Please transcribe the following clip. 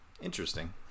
Interesting